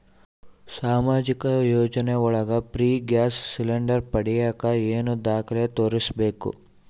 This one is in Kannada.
ಸಾಮಾಜಿಕ ಯೋಜನೆ ಒಳಗ ಫ್ರೇ ಗ್ಯಾಸ್ ಸಿಲಿಂಡರ್ ಪಡಿಯಾಕ ಏನು ದಾಖಲೆ ತೋರಿಸ್ಬೇಕು?